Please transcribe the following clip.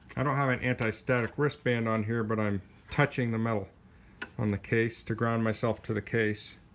i don't have an anti-static wristband on here, but i'm touching the metal on the case to ground myself to the case